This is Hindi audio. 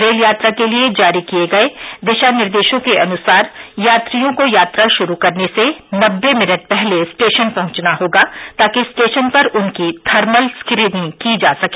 रेल यात्रा के लिए जारी किए गए दिशा निर्देशों के अनुसार यात्रियों को यात्रा शुरू करने से नब्बे मिनट पहले स्टेशन पहुंचना होगा ताकि स्टेशन पर उनकी थर्मल स्क्रीनिंग की जा सके